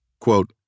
quote